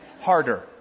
Harder